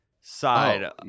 side